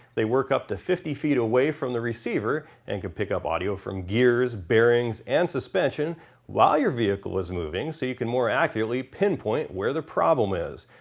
they work up to fifty feet away from the receiver and can pick up audio from gears, bearings and suspension while you're vehicle is moving so you can more accurately pinpoint where the problem is.